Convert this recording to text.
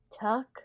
tuck